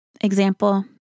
example